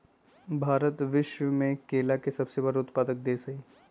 भारत विश्व में केला के सबसे बड़ उत्पादक देश हई